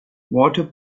water